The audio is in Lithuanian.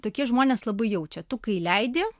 tokie žmonės labai jaučia tu kai leidi